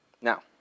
Now